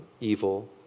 evil